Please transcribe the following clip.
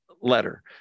letter